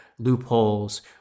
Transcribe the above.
Loopholes